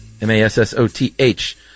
M-A-S-S-O-T-H